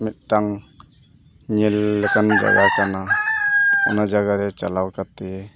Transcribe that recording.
ᱢᱤᱫᱴᱟᱝ ᱧᱮᱞ ᱞᱮᱠᱟᱱ ᱡᱟᱭᱜᱟ ᱠᱟᱱᱟ ᱚᱱᱟ ᱡᱟᱭᱜᱟ ᱨᱮ ᱪᱟᱞᱟᱣ ᱠᱟᱛᱮ